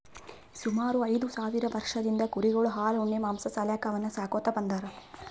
ಸುಮಾರ್ ಐದ್ ಸಾವಿರ್ ವರ್ಷದಿಂದ್ ಕುರಿಗೊಳ್ ಹಾಲ್ ಉಣ್ಣಿ ಮಾಂಸಾ ಸಾಲ್ಯಾಕ್ ಅವನ್ನ್ ಸಾಕೋತ್ ಬಂದಾರ್